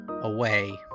away